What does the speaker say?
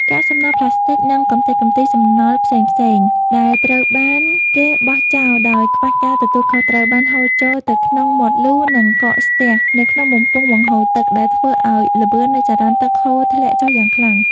កាកសំណល់ប្លាស្ទិក និងកម្ទេចកម្ទីសំណង់ផ្សេងៗដែលត្រូវបានគេបោះចោលដោយខ្វះការទទួលខុសត្រូវ បានហូរចូលទៅក្នុងមាត់លូ និងកកស្ទះនៅក្នុងបំពង់បង្ហូរទឹក ដែលធ្វើឱ្យល្បឿននៃចរន្តទឹកហូរធ្លាក់ចុះយ៉ាងខ្លាំង។